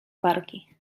wargi